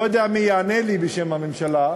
לא יודע מי יענה לי בשם הממשלה,